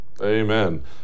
Amen